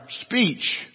speech